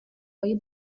های